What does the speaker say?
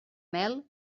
mel